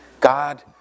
God